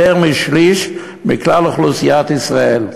יותר משליש מכלל אוכלוסיית ישראל.